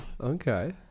Okay